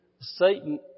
Satan